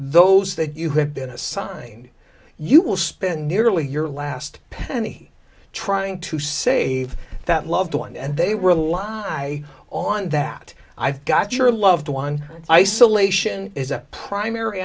those that you have been assigned you will spend nearly your last penny trying to save that loved one and they were a lie on that i've got your loved one isolation is a primary